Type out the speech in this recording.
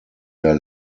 der